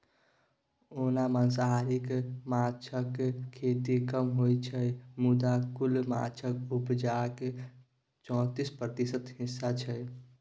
ओना मांसाहारी माछक खेती कम होइ छै मुदा कुल माछक उपजाक चौतीस प्रतिशत हिस्सा छै